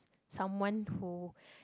someone who